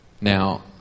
Now